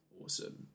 awesome